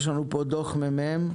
יש לנו פה דוח של ה-ממ"מ